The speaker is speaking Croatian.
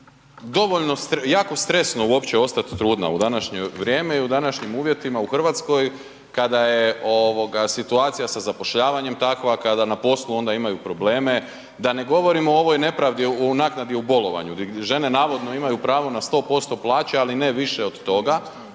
stresno, jako stresno uopće ostat trudna u današnje vrijeme i u današnjim uvjetima u RH kada je ovoga situacija sa zapošljavanjem takva, kada na poslu onda imaju probleme, da ne govorimo o ovoj nepravdi u naknadi o bolovanju di žene navodno imaju pravo na 100% plaće, ali ne više od toga,